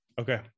Okay